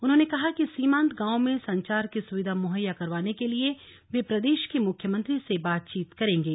उन्होंने कहा कि सीमांत गांवों में संचार की सुविधा मुहैया करवाने के लिए वे प्रदेश के मुख्यमंत्री से बातचीत करेंगे